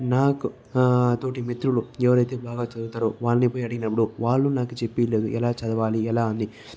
నాకు నాతోటి మిత్రులు ఎవరైతే బాగా చదువుతారో వాళ్లని పోయి అడిగినప్పుడు వాళ్లు నాకు చెప్పలేదు ఎలా చదవాలి ఎలా అని